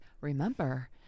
remember